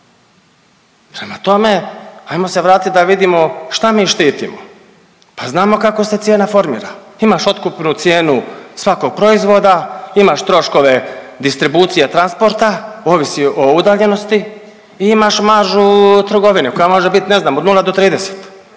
Prema tome, hajmo se vratiti da vidimo šta mi štitimo. Pa znamo kako se cijena formira. Imaš otkupnu cijenu svakog proizvoda, imaš troškove distribucije, transporta, ovisi o udaljenosti i imaš maržu trgovine koja može biti ne znam od nula do 30.